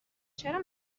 چرا